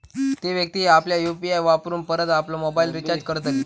ती व्यक्ती आपल्या यु.पी.आय वापरून परत आपलो मोबाईल रिचार्ज करतली